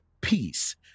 peace